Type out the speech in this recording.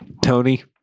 Tony